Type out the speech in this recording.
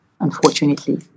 unfortunately